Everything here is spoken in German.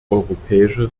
europäische